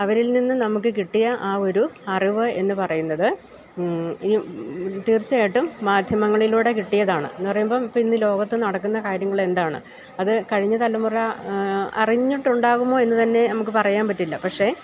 അവരിൽ നിന്ന് നമുക്ക് കിട്ടിയ ആ ഒരു അറിവെന്ന് പറയുന്നത് ഈ തീർച്ചയായിട്ടും മാദ്ധ്യമങ്ങളിലൂടെ കിട്ടിയതാണെന്ന് പറയുമ്പോള് ഇപ്പോള് ഇന്ന് ലോകത്ത് നടക്കുന്ന കാര്യങ്ങളെന്താണ് അത് കഴിഞ്ഞ തലമുറ അറിഞ്ഞിട്ടുണ്ടാകുമോയെന്ന് തന്നെ നമുക്ക് പറയാന് പറ്റില്ല പക്ഷേ